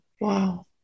Wow